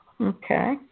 Okay